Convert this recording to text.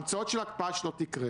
ניגשתי